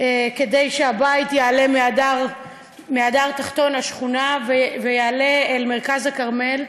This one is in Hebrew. כדי שהבית יעלה מהדר תחתון, השכונה, למרכז הכרמל.